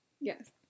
Yes